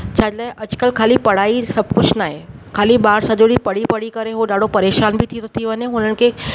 छा जे लाइ अॼुकल्ह खाली पढ़ाई सभु कुझु नाहे खाली ॿार सॼो ॾींहुं पढ़ी पढ़ी करे हू ॾाढो परेशान बि थी थो थी वञे हुननि खे